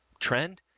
trend.